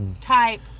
type